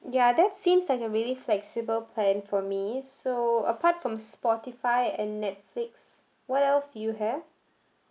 ya that seems like a really flexible plan for me so apart from Spotify and Netflix what else do you have